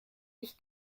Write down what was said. ich